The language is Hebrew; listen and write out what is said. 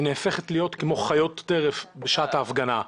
היא נהפכת להיות כמו חיות טרף בשעת ההפגנה.